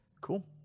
Cool